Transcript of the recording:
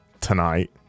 tonight